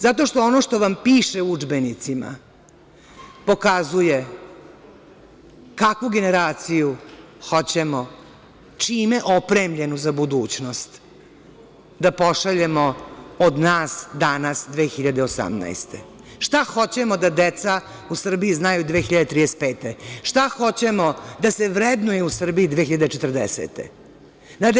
Zato što ono što vam piše u udžbenicima pokazuje kakvu generaciju hoćemo, čime opremljenu za budućnost da pošaljemo od nas danas 2018. godine, šta hoćemo da deca u Srbiji znaju 2035. godine, šta hoćemo da se vrednuje u Srbiji 2040. godine.